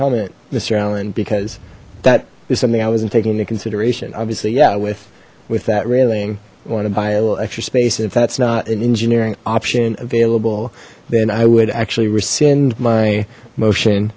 comment mister allen because that is something i wasn't taking into consideration obviously yeah with with that railing i want to buy a little extra space if that's not an engineering option available then i would actually rescind my motion